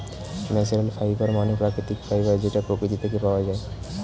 natural fibre মানে প্রাকৃতিক fibre যেটা প্রকৃতি থেকে পাওয়া যায়